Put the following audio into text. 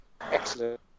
excellent